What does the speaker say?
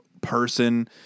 person